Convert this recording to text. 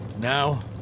Now